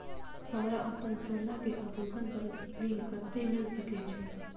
हमरा अपन सोना के आभूषण पर ऋण कते मिल सके छे?